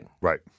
Right